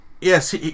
Yes